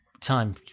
Time